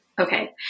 Okay